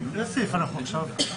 הם יכולים לצאת ולהצביע.